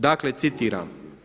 Dakle citiram.